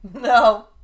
No